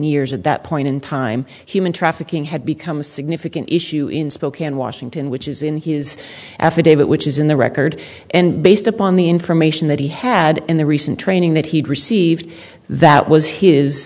years at that point in time human trafficking had become a significant issue in spokane washington which is in his affidavit which is in the record and based upon the information that he had in the recent training that he had received that was his